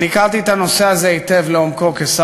הכרתי את הנושא הזה היטב לעומקו כשר